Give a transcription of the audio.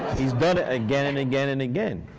he's done it again and again and again.